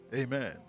Amen